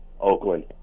Oakland